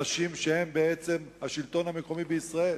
אנשים שהם בעצם השלטון המקומי בישראל,